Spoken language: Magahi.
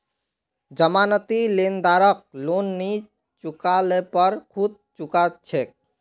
जमानती लेनदारक लोन नई चुका ल पर खुद चुका छेक